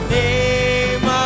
name